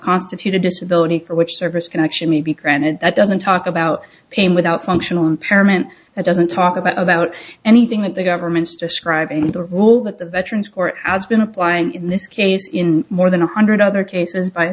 constitute a disability for which service can actually be granted that doesn't talk about pain without functional impairment it doesn't talk about anything that the government's describing the role that the veterans or has been applying in this case in more than a hundred other cases